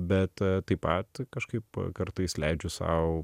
bet taip pat kažkaip kartais leidžiu sau